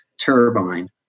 turbine